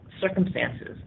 circumstances